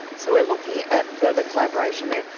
so we're looking at further collaboration there.